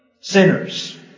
sinners